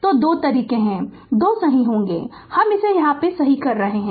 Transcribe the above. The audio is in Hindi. तो दो तरीके हैं जो 2 सही होंगे हम इसे यहाँ सही कर रहे है